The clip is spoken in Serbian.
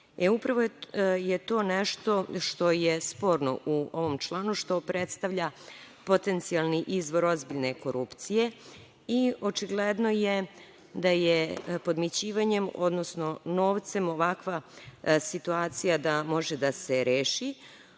upravo je to nešto što je sporno u ovom članu, što predstavlja potencijalni izvor ozbiljne korupcije i očigledno je da podmićivanjem, odnosno novcem ovakva situacija da može da se reši,